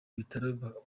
bitaro